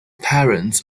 partners